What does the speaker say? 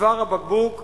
צוואר הבקבוק קיים,